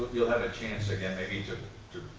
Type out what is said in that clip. you'll have a chance again maybe to